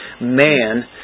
man